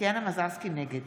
אינה נוכחת